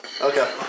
Okay